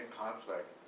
conflict